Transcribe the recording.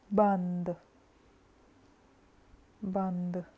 ਬੰਦ ਬੰਦ